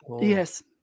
yes